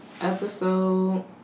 episode